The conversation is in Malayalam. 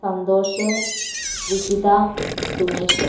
സന്തോഷ് വിജിത സുമേഷ്